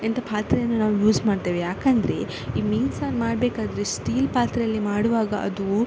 ಎಂಥ ಪಾತ್ರೆಯನ್ನು ನಾವು ಯೂಸ್ ಮಾಡ್ತೇವೆ ಯಾಕಂದರೆ ಈ ಮೀನು ಸಾರು ಮಾಡಬೇಕಾದ್ರೆ ಸ್ಟೀಲ್ ಪಾತ್ರೆಯಲ್ಲಿ ಮಾಡುವಾಗ ಅದು